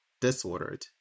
Disordered